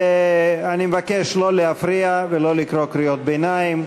ואני מבקש לא להפריע ולא לקרוא קריאות ביניים.